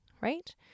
right